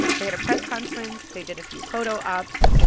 they had a press conference. they did a few photo ops.